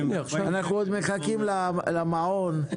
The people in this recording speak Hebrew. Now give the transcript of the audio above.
אנחנו עוד מחכים למעון,